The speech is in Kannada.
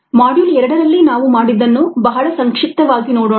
ಮಾಡ್ಯೂಲ್ 2 ರಲ್ಲಿ ನಾವು ಮಾಡಿದ್ದನ್ನು ಬಹಳ ಸಂಕ್ಷಿಪ್ತವಾಗಿ ನೋಡೋಣ